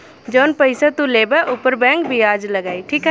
जौन पइसा तू लेबा ऊपर बैंक बियाज लगाई